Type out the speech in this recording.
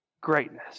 greatness